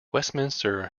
westminster